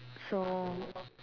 so